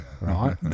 Right